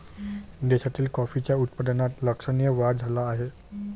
देशातील कॉफीच्या उत्पादनात लक्षणीय वाढ झाला आहे